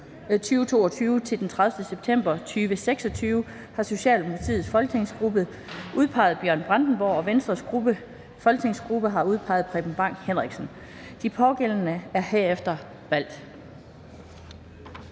2022 til den 30. september 2026 har Socialdemokratiets folketingsgruppe udpeget Bjørn Brandenborg, og Venstres folketingsgruppe har udpeget Preben Bang Henriksen. De pågældende er herefter valgt.